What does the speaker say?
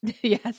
Yes